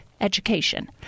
education